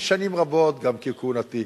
שנים רבות, גם בכהונתי,